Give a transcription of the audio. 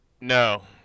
No